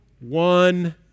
one